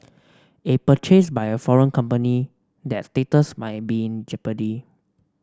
if purchased by a foreign company that status might be in jeopardy